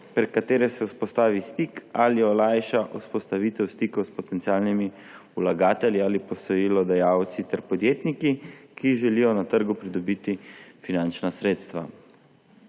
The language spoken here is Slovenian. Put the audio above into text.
prek katere se vzpostavi stik ali olajša vzpostavitev stikov s potencialnimi vlagatelji ali posojilodajalci ter podjetniki, ki želijo na trgu pridobiti finančna sredstva.